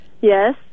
Yes